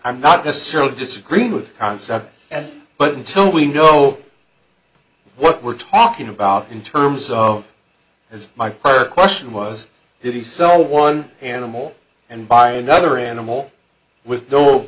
i'm not necessarily disagreeing with the concept and but until we know what we're talking about in terms of as my prior question was did he sell one animal and buy another animal with no